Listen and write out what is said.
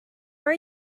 are